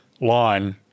line